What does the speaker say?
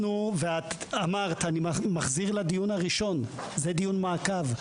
אני מחזיר לדיון הראשון, זה דיון מעקב.